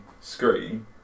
screen